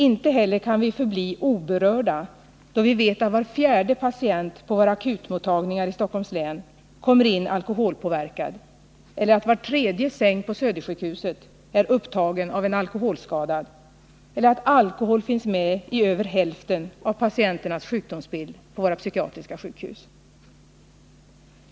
Inte heller kan vi förbli oberörda då vi vet att var fjärde patient på våra akutmottagningar i Stockholms län kommer in alkoholpåverkad, eller att var tredje säng på Södersjukhuset är upptagen av en alkoholskadad, eller att alkohol finns med i sjukdomsbilden för mer än hälften av patienterna på våra psykiatriska sjukhus.